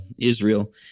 Israel